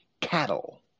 cattle